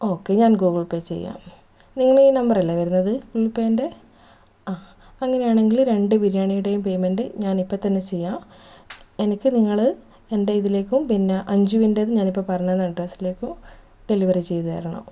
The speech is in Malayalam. ഓക്കെ ഞാൻ ഗൂഗിൾ പേ ചെയ്യാം നിങ്ങളെ ഈ നമ്പർ അല്ലേ വരുന്നത് ഗൂഗിൾ പേൻ്റെ ആ അങ്ങനെയാണെങ്കിൽ രണ്ട് ബിരിയാണിയുടെയും പേയ്മെൻ്റ് ഞാനിപ്പോൾ തന്നെ ചെയ്യാം എനിക്ക് നിങ്ങള് എൻ്റെ ഇതിലേയ്ക്കും പിന്നെ അഞ്ചുവിൻ്റെത് ഞാനിപ്പോൾ പറഞ്ഞു തന്ന അഡ്രസ്സിലേക്കും ഡെലിവെറി ചെയ്തു തരണം